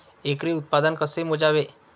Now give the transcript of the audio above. एकरी उत्पादन कसे मोजावे?